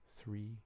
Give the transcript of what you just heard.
three